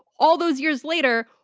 all those years later,